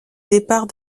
départ